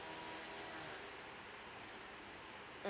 mm